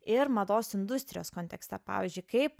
ir mados industrijos kontekste pavyzdžiui kaip